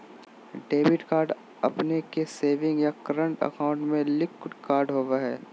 debit card अपने के savings या करंट बैंक अकाउंट से लिंक्ड कार्ड होबा हइ